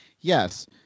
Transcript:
Yes